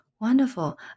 Wonderful